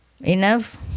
Enough